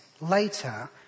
later